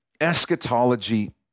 eschatology